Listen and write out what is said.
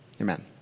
Amen